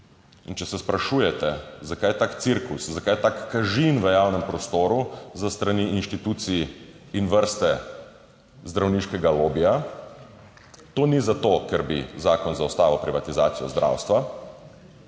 če se sprašujete zakaj tak cirkus, zakaj je tak kažin v javnem prostoru s strani inštitucij in vrste zdravniškega lobija, to ni zato, ker bi zakon zaustavil privatizacijo zdravstva,